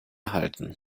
halten